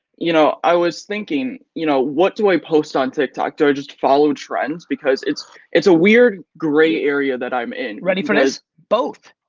you know, i was thinking, you know what do i post on tik tok, do i just follow trends? because it's it's a weird gray area that i'm in. ready for this? both.